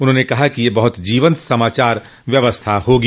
उन्होंने कहा कि यह बहुत जीवंत समाचार व्यवस्था होगी